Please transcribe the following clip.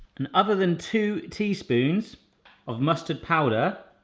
and other than two teaspoons of mustard powder,